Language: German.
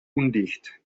undicht